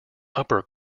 upper